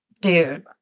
dude